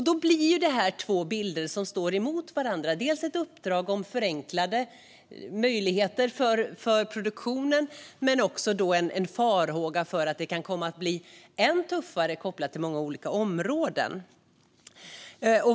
Det blir två bilder som står emot varandra, dels ett uppdrag om förenkling för produktionen, dels en farhåga om att det kommer att bli ännu tuffare på många olika områden.